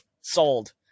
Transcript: sold